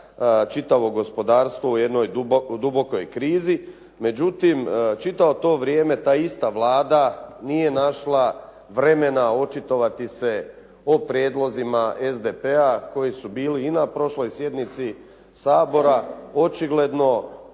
čitavo gospodarstvo u jednoj dubokoj krizi. Međutim, čitavo to vrijeme ta ista Vlada nije našla vremena očitovati se o prijedlozima SDP-a koji su bili i na prošloj sjednici Sabora očigledno